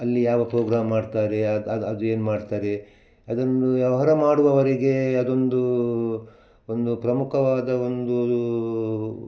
ಅಲ್ಲಿ ಯಾವ ಪ್ರೋಗ್ರಾಮ್ ಮಾಡ್ತಾರೆ ಅದು ಅದ್ ಅದು ಏನು ಮಾಡ್ತಾರೆ ಅದನ್ನು ವ್ಯವಹಾರ ಮಾಡುವವರಿಗೆ ಅದೊಂದೂ ಒಂದು ಪ್ರಮುಖವಾದ ಒಂದು